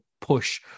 push